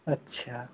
अच्छा